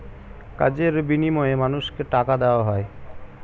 কাজের বিনিময়ে মানুষকে টাকা দেওয়া হয়